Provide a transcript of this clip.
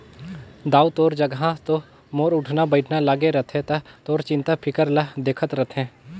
दाऊ तोर जघा तो मोर उठना बइठना लागे रथे त तोर चिंता फिकर ल देखत रथें